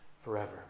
forever